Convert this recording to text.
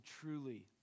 truly